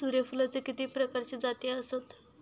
सूर्यफूलाचे किती प्रकारचे जाती आसत?